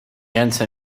ręce